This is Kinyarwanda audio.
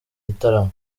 gitaramo